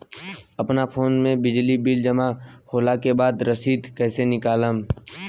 अपना फोन मे बिजली बिल जमा होला के बाद रसीद कैसे निकालम?